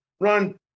run